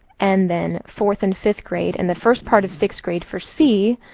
and then fourth and fifth grade and the first part of sixth grade for c.